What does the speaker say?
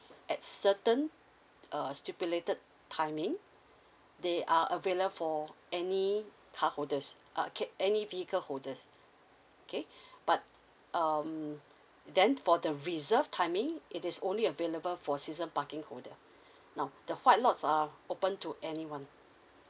at certain uh stipulated timing they are available for any car holders uh okay any vehicle holders okay but um then for the reserved timing it is only available for season parking holder now the white lots are open to anyone